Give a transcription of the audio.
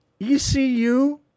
ECU